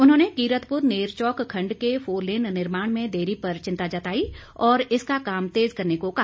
उन्होंने कीरतपुर नेरचौक खण्ड के फोरलेन निर्माण में देरी पर चिंता जताई और इसका काम तेज करने को कहा